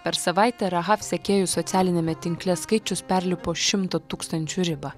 per savaitę rahaf sekėjų socialiniame tinkle skaičius perlipo šimto tūkstančių ribą